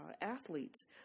athletes